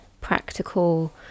practical